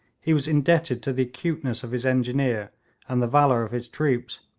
he was indebted to the acuteness of his engineer and the valour of his troops,